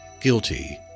Guilty